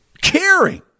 caring